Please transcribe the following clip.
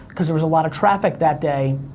cause there was a lot of traffic that day,